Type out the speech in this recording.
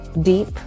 deep